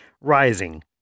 rising